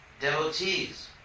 devotees